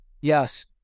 Yes